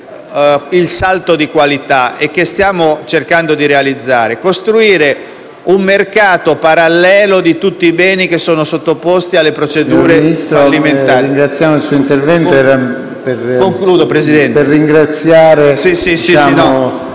il salto di qualità e che stiamo cercando di realizzare: costruire un mercato parallelo di tutti i beni sottoposti alle procedure fallimentari.